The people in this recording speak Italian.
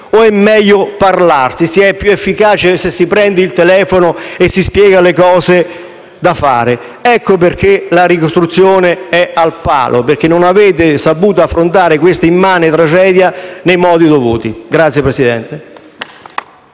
o è meglio parlare? Non si è più efficaci se si prende il telefono e si spiegano le cose da fare? Ecco perché la ricostruzione è al palo: perché non avete saputo affrontare questa immane tragedia nei modi dovuti. *(Applausi